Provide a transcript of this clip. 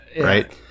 right